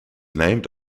named